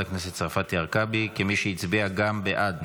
הכנסת צרפתי הרכבי כמי שהצביעה גם בעד.